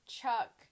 Chuck